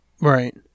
Right